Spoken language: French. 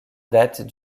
datent